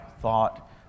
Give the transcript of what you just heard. thought